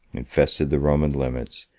infested the roman limits,